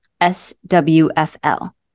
S-W-F-L